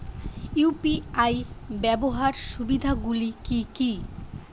UPI ব্যাবহার সুবিধাগুলি কি কি?